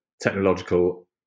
technological